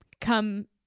come